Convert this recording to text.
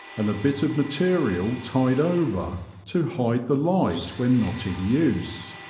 and a bit of material tied over to hide the light when not in use.